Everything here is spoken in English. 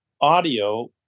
audio